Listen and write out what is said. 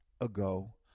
ago